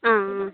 ആ ആ